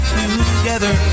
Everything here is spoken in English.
together